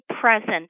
present